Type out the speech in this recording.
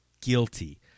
guilty